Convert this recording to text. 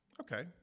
Okay